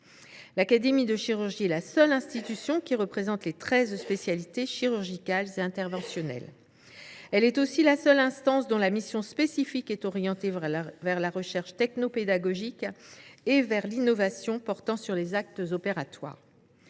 nationale de chirurgie est la seule institution qui représente les treize spécialités chirurgicales et interventionnelles. Elle est aussi la seule instance dont la mission spécifique est orientée vers la recherche technopédagogique et vers l’innovation portant sur les actes opératoires.